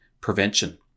prevention